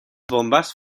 bombas